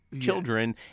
children